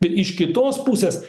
bet iš kitos pusės